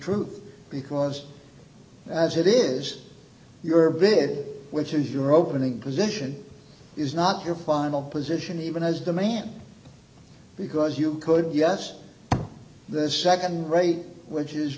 truth because as it is your bid which is your opening position is not your final position even as demand because you could yes the second rate which is